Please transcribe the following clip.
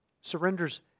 surrenders